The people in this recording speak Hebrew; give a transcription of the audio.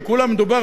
וכולה מדובר,